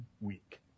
week